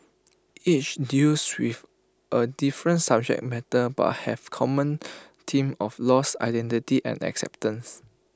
each deals with A different subject matter but have common themes of loss identity and acceptance